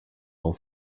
all